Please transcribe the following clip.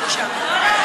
זאת אספקת שירותים, כלכלה.